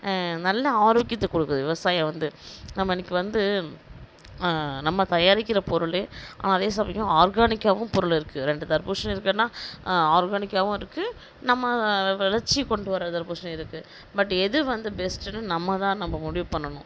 நல்ல ஆரோக்கியத்தை கொடுக்குது விவசாயம் வந்து நம்ம இன்றைக்கி வந்து நம்ம தயாரிக்கிற பொருள் அதே சமயம் ஆர்கானிக்காகவும் பொருள் இருக்குது ரெண்டு தர்பூசணி இருக்குனால் ஆர்கானிக்காகவும் இருக்குது நம்ம விளச்சி கொண்டு வரதும் தர்பூசணி இருக்குது பட் எது வந்து பெஸ்ட்டுன்னு நம்மதான் நம்ம முடிவு பண்ணணும்